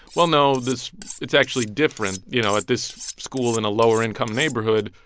well, no. this it's actually different. you know, at this school in a lower-income neighborhood,